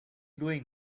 doing